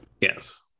Yes